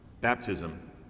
Baptism